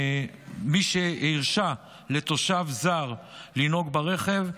מי שהרשה לתושב זר לנהוג ברכב,